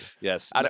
Yes